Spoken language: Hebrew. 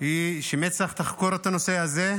היא שמצ"ח תחקור את הנושא הזה,